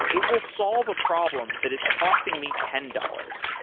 it will solve a problem that is costing me ten dollars,